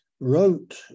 wrote